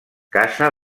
casa